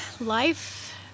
life